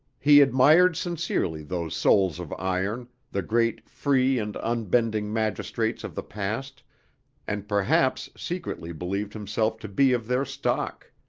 he admired sincerely those souls of iron, the great free and unbending magistrates of the past and perhaps secretly believed himself to be of their stock.